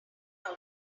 out